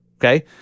okay